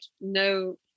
no